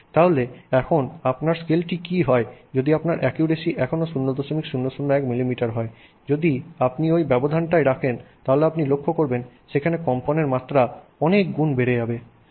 তাহলে এখন আপনার স্কেলটি কি হয় যদি আপনার অ্যাকুরেসি এখনও 0001 মিলিমিটার হয় যদি আপনি ঐ ব্যবধানটাই রাখেন তাহলে আপনি লক্ষ্য করবেন সেখানে কম্পনের মাত্রা অনেকগুণ বেড়ে যাবে